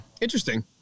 Interesting